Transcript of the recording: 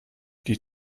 die